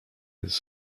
his